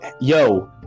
yo